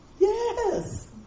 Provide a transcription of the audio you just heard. Yes